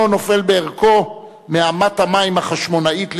נופל בערכו מאמת המים החשמונאית לירושלים,